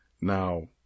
Now